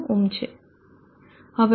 1 ohm છે